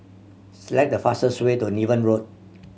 select the fastest way to Niven Road